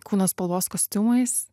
kūno spalvos kostiumais